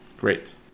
Great